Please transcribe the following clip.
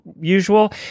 usual